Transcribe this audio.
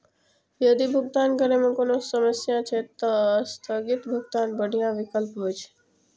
यदि भुगतान करै मे कोनो समस्या छै, ते स्थगित भुगतान बढ़िया विकल्प होइ छै